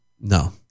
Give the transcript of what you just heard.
No